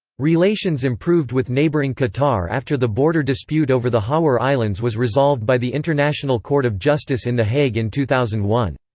relations improved with neighbouring qatar after the border dispute over the hawar islands was resolved by the international court of justice in the hague in two thousand and one.